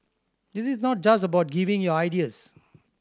this is not just about giving your ideas